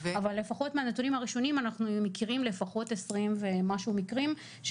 אבל לפחות מהנתונים הראשונים אנחנו מכירים לפחות 20 ומשהו מקרים,